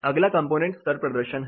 अगला कंपोनेंट स्तर प्रदर्शन है